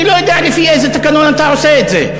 אני לא יודע לפי איזה תקנון אתה עושה את זה.